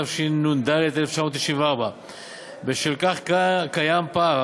התשנ"ד 1994. בשל כך קיים פער,